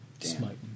Smite